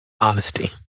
honesty